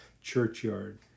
churchyard